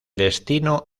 destino